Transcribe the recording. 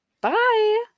Bye